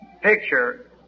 picture